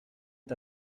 est